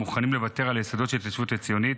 מוכנים לוותר על היסודות של ההתיישבות הציונית.